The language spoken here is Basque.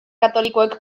katolikoek